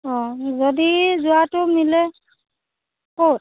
অঁ যদি যোৱাটো মিলে ক'ত